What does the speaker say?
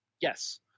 Yes